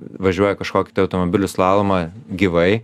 važiuoja kažkokį tai automobilių slalomą gyvai